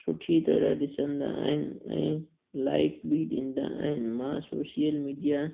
सुठी तरह ॾिसंदा आहिनि ऐं लाइक बि ॾींदा आहिनि मां सोशल मीडिया